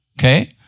Okay